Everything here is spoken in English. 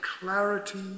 clarity